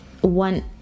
one